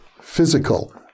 physical